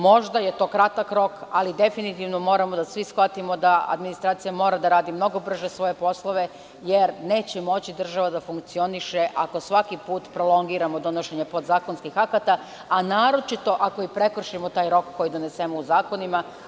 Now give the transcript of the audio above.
Možda je to kratak rok, ali definitivno moramo svi da shvatimo da administracija mora da mnogo brže radi svoje poslove, jer neće moći država da funkcioniše ako svaki put prolongiramo donošenje podzakonskih akata, a naročito ako prekršimo taj rok koji donesemo u zakonima.